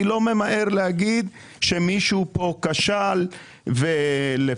אני לא ממהר להגיד שמישהו פה כשל ולפקח